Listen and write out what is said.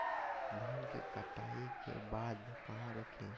धान के कटाई के बाद कहा रखें?